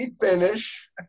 finish